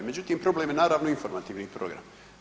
Međutim, problem je naravno informativni program.